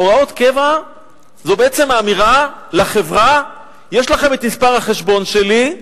הוראות קבע זו בעצם האמירה לחברה: יש לכם מספר החשבון שלי,